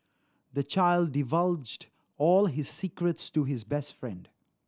the child divulged all his secrets to his best friend